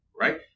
right